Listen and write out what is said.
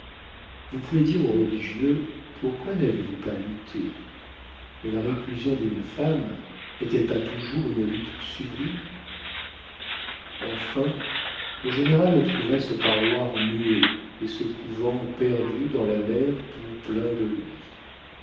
vous pouvez dire aux religieux pourquoi n'avez-vous pas lutté mais la réclusion d'une femme n'est-elle pas toujours une lutte sublime enfin le général trouva ce parloir muet et ce couvent perdu dans la mer tout pleins de lui